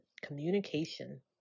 communication